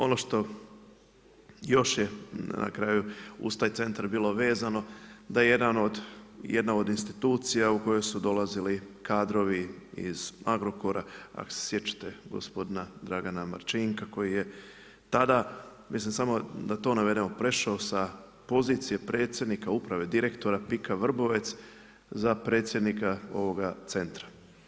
Ono što još je na kraju uz taj centar bilo vezano, da jedna od institucija u kojoj su dolazili kadrovi iz Agrokora, ako se sjećate gospodina Dragana Marčinka koji je tada, mislim da to navedemo prešao sa pozicije predsjednika uprave, direktora PIK-a Vrbovec za predsjednika ovoga centra.